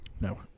No